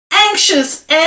Anxious